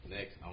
Next